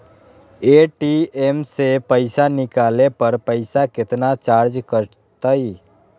ATM से पईसा निकाले पर पईसा केतना चार्ज कटतई?